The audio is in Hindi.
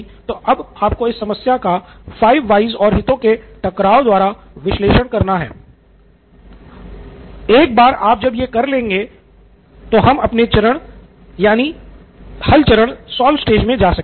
तो अब आपको इस समस्या का फाइव व्हयस में जा सकते हैं